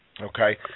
Okay